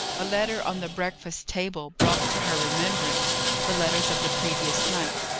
a letter on the breakfast-table brought to her remembrance the letters of the previous night,